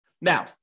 Now